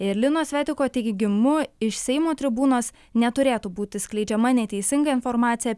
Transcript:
ir lino svetiko teigimu iš seimo tribūnos neturėtų būti skleidžiama neteisinga informacija